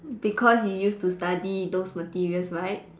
because you used to study those materials right